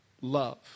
love